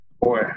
boy